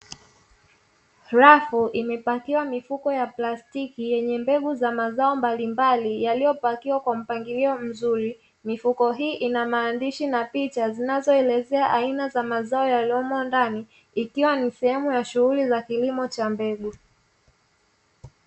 Rafu imepakiwa mifuko ya plastiki yenye mbegu za mazao mbalimbali yaliyopakiwa kwa mpangilio mzuri. Mifuko hii ina maandishi na picha zinazoelezea aina za mazao yaliyomo ndani, ikiwa ni sehemu ya shughuli za kilimo cha mbegu.